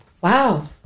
Wow